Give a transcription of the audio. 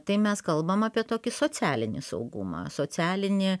tai mes kalbam apie tokį socialinį saugumą socialinį